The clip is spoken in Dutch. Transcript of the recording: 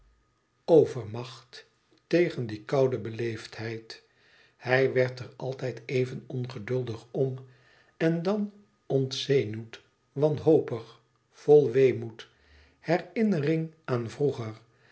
overmacht tegen die koude beleefdheid hij werd er altijd even ongeduldig om en dan ontzenuwd wanhopig vol weemoed herinnering aan vroeger